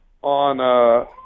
on